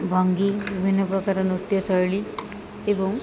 ଭଙ୍ଗୀ ବିଭିନ୍ନ ପ୍ରକାର ନୃତ୍ୟଶୈଳୀ ଏବଂ